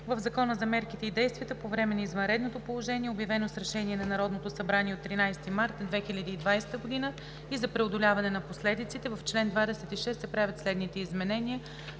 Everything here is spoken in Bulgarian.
В Закона за мерките и действията по време на извънредното положение, обявено с решение на Народното събрание от 13 март 2020 г., и за преодоляване на последиците (обн., ДВ, бр. ...) в чл. 26 се правят следните изменения: